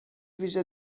ویژه